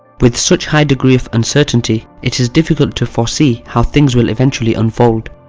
with such high degree of uncertainty, it is difficult to foresee how things will eventually unfold,